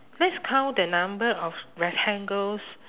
please count the number of rectangles